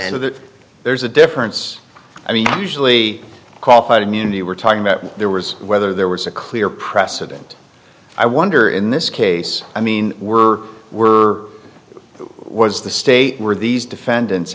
that there's a difference i mean usually called white immunity we're talking about there was whether there was a clear precedent i wonder in this case i mean were were was the state were these defendants